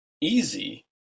easy